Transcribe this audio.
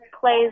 plays